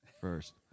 first